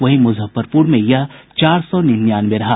वहीं मुजफ्फरपुर में यह चार सौ निन्यानवे रहा